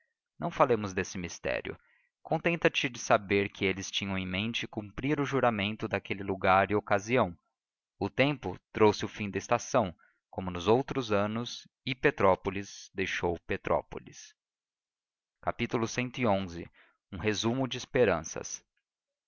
não falemos desse mistério contenta-te de saber que eles tinham em mente cumprir o juramento daquele lugar e ocasião o tempo trouxe o fim da estação como nos outros anos e petrópolis deixou petrópolis cxi um resumo de esperanças